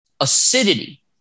acidity